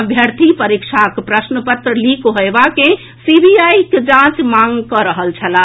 अभ्यर्थी परीक्षाक प्रश्न पत्र लीक होयबा के सीबीआई जांचक मांग कऽ रहल छलाह